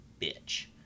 bitch